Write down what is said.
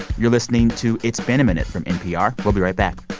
you're listening to it's been a minute from npr. we'll be right back